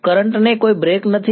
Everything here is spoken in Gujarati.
કરંટ ને કોઇ બ્રેક નથી